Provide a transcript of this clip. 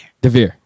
Devere